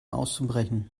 auszubrechen